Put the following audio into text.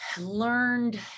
learned